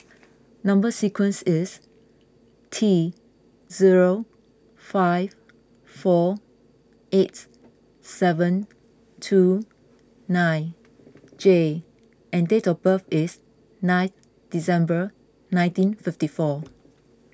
Number Sequence is T zero five four eight seven two nine J and date of birth is ninth December nineteen fifty four